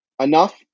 enough